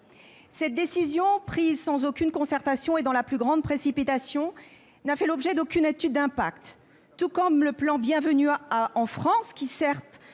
Cette décision, prise sans aucune concertation et dans la plus grande précipitation, n'a fait l'objet d'aucune étude d'impact ; tout comme le plan Bienvenue en France, qui, certes,